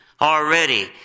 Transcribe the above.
already